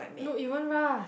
no it won't rust